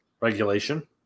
regulation